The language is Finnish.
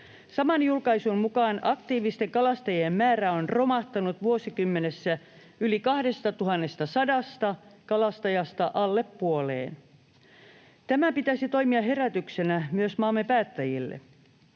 Saman julkaisun mukaan aktiivisten kalastajien määrä on romahtanut vuosikymmenessä yli 2 100 kalastajasta alle puoleen. Tämän pitäisi toimia herätyksenä myös maamme päättäjille.